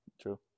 True